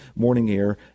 morningair